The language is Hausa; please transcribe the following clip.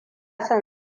son